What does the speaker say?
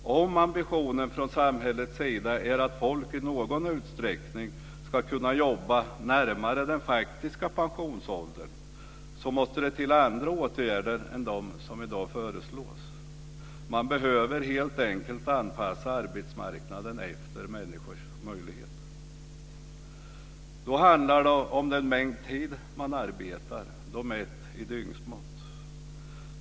Om ambitionen från samhällets sida är att människor i någon utsträckning ska kunna jobba närmare den faktiska pensionsåldern måste det till andra åtgärder än de som i dag föreslås. Man behöver helt enkelt anpassa arbetsmarknaden efter människors möjlighet. Det handlar då om den mängd tid man arbetar mätt i dygnsmått.